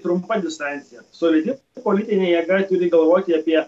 trumpa distancija solidi politinė jėga turi galvoti apie